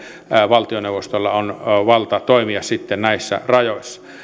valtioneuvostolla on on valta toimia sitten näissä rajoissa